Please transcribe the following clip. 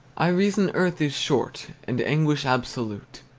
i reason, earth is short, and anguish absolute,